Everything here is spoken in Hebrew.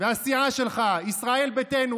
והסיעה שלך, ישראל ביתנו.